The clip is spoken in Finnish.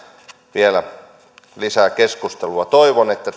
vielä lisää keskustelua toivon että